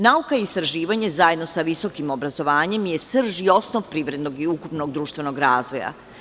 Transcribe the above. Nauka i istraživanje zajedno sa visokim obrazovanjem je srž i osnov privrednog ukupnog društvenog razvoja.